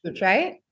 Right